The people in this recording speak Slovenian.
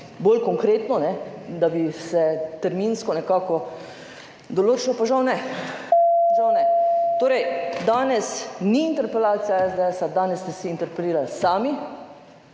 bolj konkretno, da bi se terminsko nekako določilo, pa žal ne, žal ne. Torej, danes ni interpelacija SDS, danes ste vsi interpelirali sami